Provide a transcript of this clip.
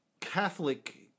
Catholic